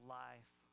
life